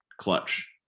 clutch